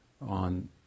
on